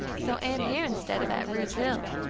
so am here instead of at rude's hill.